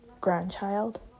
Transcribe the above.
grandchild